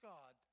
God